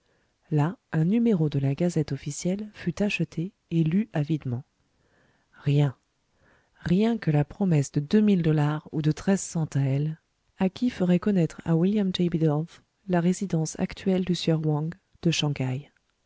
là un numéro de la gazette officielle fut acheté et lu avidement rien rien que la promesse de deux mille dollars ou de treize cents taëls à qui ferait connaître à william j bidulph la résidence actuelle du sieur wang de shang haï